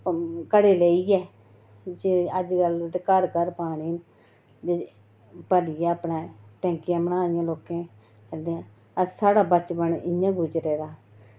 ओह् घड़े लेइयै जे अजकल घर घर पानी न ते भरियै अपने टंकियां बनाई दियां लोकें ते साढ़ा बचपन इ'यां गुजरे दा